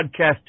Podcast